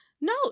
No